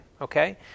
okay